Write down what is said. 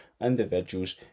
individuals